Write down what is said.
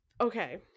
okay